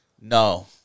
No